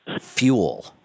Fuel